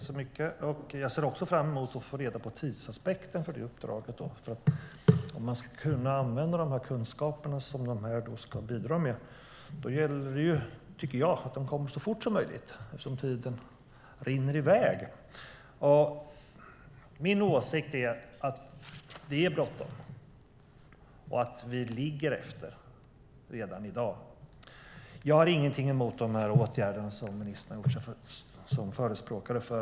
Fru talman! Jag ser fram emot att också få reda på tidsaspekten för det uppdraget. Om man ska kunna använda de kunskaper som utredningen ska bidra med gäller det, tycker jag, att den kommer så fort som möjligt, eftersom tiden rinner i väg. Min åsikt är att det är bråttom och att vi ligger efter redan i dag. Jag har ingenting emot de åtgärder som ministern är förespråkare för.